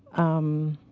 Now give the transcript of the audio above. um,